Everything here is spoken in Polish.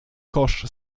kosz